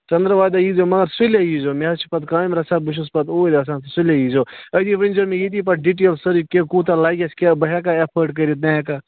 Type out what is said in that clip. ژٔنٛدروارِ دۄہ ییٖزیٚو مگر سُلے ییٖزیٚو مےٚ حظ چھِ پتہٕ کامہِ رَژھا بہٕ چھُس پتہٕ اوٗرۍ آسان سُلے ییٖزیٚو أتی ؤنۍزیٚو مےٚ ییٚتی پتہٕ ڈِٹیل سٲرٕے کیٚنٛہہ کوٗتاہ لَگٮ۪س کیٛاہ بہٕ ہٮ۪کھا ایفٲرٹ کٔرِتھ نہَ ہٮ۪کھا